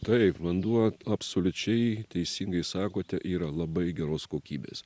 taip vanduo absoliučiai teisingai sakote yra labai geros kokybės